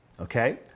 okay